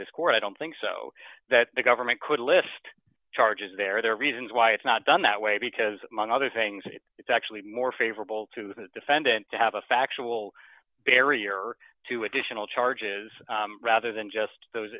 this court i don't think so that the government could lift charges there there are reasons why it's not done that way because among other things it's actually more favorable to the defendant to have a factual barrier to additional charges rather than just those